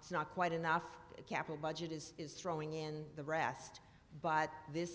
it's not quite enough capital budget is is throwing in the rest but this